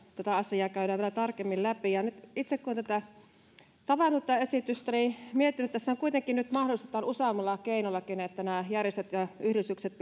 tätä asiaa käydään vielä tarkemmin läpi nyt kun itse olen tavannut tätä esitystä niin olen miettinyt että tässähän kuitenkin nyt mahdollistetaan useammalla keinollakin että nämä järjestöt ja yhdistykset